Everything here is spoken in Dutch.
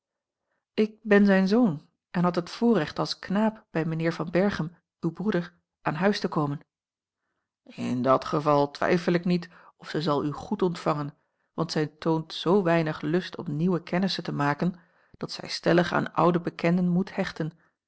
ik ben zijn zoon en had het voorrecht als knaap bij mijnheer van berchem uw broeder aan huis te komen in dat geval twijfel ik niet of zij zal u goed ontvangen want zij toont zoo weinig lust om nieuwe kennissen te maken dat zij stellig aan oude bekenden moet hechten